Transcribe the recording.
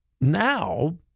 Now